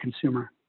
consumer